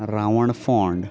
रावंडफोंड